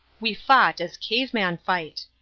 we fought as cave men fight.